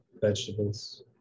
vegetables